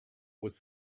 was